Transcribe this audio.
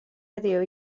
heddiw